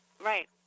right